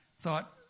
thought